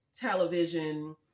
television